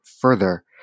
further